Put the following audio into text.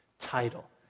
title